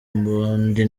mbondi